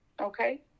Okay